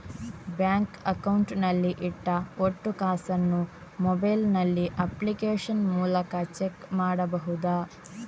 Bank account ನಲ್ಲಿ ಇಟ್ಟ ಒಟ್ಟು ಕಾಸನ್ನು ಮೊಬೈಲ್ ನಲ್ಲಿ ಅಪ್ಲಿಕೇಶನ್ ಮೂಲಕ ಚೆಕ್ ಮಾಡಬಹುದಾ?